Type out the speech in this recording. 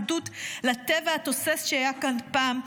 עדות לטבע התוסס שהיה כאן פעם,